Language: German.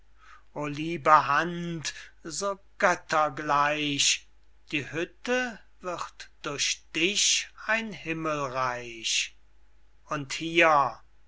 o liebe hand so göttergleich die hütte wird durch dich ein himmelreich und hier